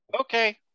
Okay